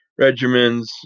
regimens